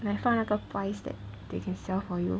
like 放那个 price that they can sell for you